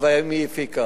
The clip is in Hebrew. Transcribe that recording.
המשטרה, והאם היא הפיקה.